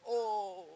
oh